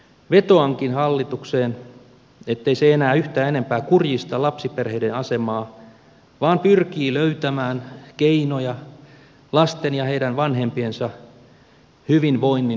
vetoankin hallitukseen ettei se enää yhtään enempää kurjista lapsiperheiden asemaa vaan pyrkii löytämään keinoja lasten ja heidän vanhempiensa hyvinvoinnin turvaamiseksi